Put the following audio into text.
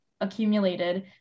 accumulated